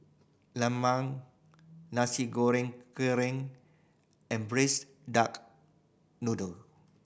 lemang Nasi Goreng Kerang and Braised Duck Noodle